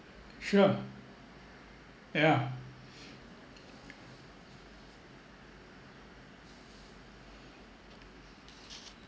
sure yeah